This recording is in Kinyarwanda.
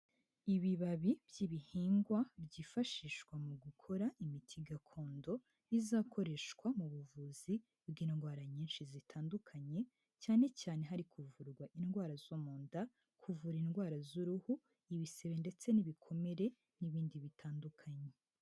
Ibibabi by'ibihingwa byifashishwa mu gukora imiti gakondo, izakoreshwa mu buvuzi bw'indwara nyinshi zitandukanye, cyane cyane hari kuvurwa indwara zo mu nda, kuvura indwara z'uruhu, ibisebe, ndetse n'ibikomere, n'ibindi bitandukanye.